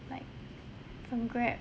like from grab